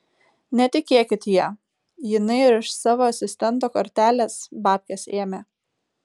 netikėkit ja jinai ir iš savo asistento kortelės babkes ėmė